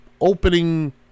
opening